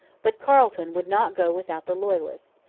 but carleton would not go without the loyalists,